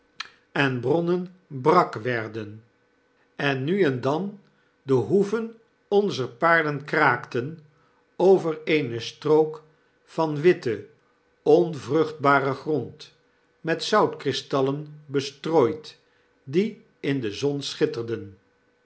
en bronnen brak werden en nu en dan de hoeven onzer paarden kraakten over eene strook van witten onvruchtbaren grond met zoutkristallen bestrooid die in de zon schitterden